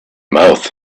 mouth